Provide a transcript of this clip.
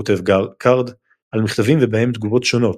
כותב קארד על מכתבים ובהם תגובות שונות,